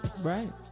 right